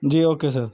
جی okay سر